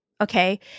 okay